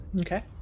Okay